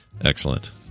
Excellent